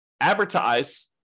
advertise